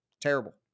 terrible